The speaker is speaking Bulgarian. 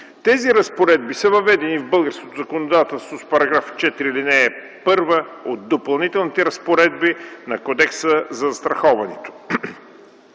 Тези разпоредби са въведени в българското законодателство с § 4, ал. 1 от Допълнителните разпоредби на Кодекса за застраховането.